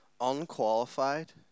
unqualified